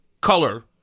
color